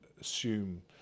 assume